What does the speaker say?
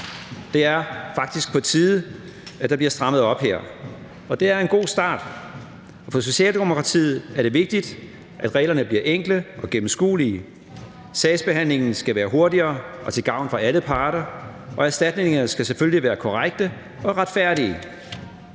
Det er faktisk på tide, at der bliver strammet op her, og det her er en god start. For Socialdemokratiet er det vigtigt, at reglerne bliver enkle og gennemskuelige. Sagsbehandlingen skal være hurtigere og til gavn for alle parter, og erstatningerne skal selvfølgelig være korrekte og retfærdige.